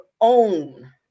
own